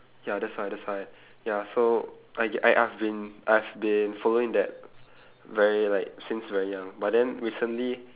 ya that's why that's why ya so I I I've been I've been following that very like since very young but then recently